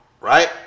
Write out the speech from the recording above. right